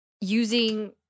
using